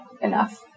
enough